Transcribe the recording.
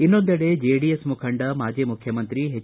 ಇನ್ನೊಂದೆಡೆ ಜೆಡಿಎಸ್ ಮುಖಂಡ ಮಾಜಿ ಮುಖ್ಯಮಂತ್ರಿ ಎಚ್